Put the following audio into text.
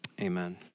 amen